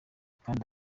kandi